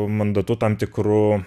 mandatu tam tikru